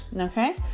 Okay